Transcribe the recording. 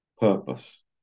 purpose